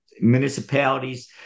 municipalities